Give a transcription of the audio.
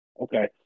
Okay